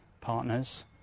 partners